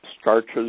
starches